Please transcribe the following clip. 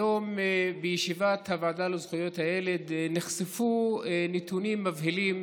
היום בישיבת הוועדה לזכויות הילד נחשפו נתונים מבהילים